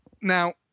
now